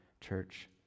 church